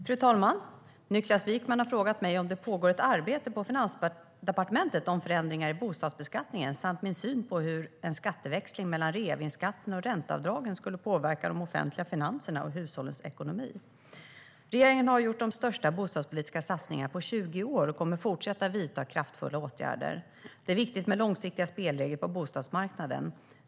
Fru talman! Niklas Wykman har frågat mig om det pågår ett arbete på Finansdepartementet om förändringar i bostadsbeskattningen samt min syn på hur en skatteväxling mellan reavinstskatten och ränteavdragen skulle påverka de offentliga finanserna och hushållens ekonomi. Regeringen har gjort de största bostadspolitiska satsningarna på 20 år och kommer att fortsätta vidta kraftfulla åtgärder. Det är viktigt med långsiktiga spelregler på bostadsmarknaden.